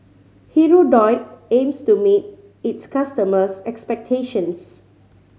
hirudoid aims to meet its customers' expectations